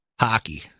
hockey